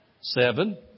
Seven